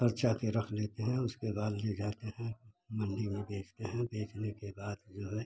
खर्चा के रख लेते हैं उसके बाद ले जाते हैं मंडी में बेचते हैं बेचने के बाद जो है